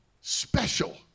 special